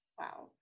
Wow